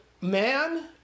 man